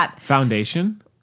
foundation